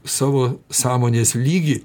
savo sąmonės lygį